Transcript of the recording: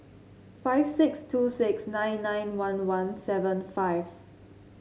five six two six nine nine one one seven five